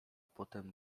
potem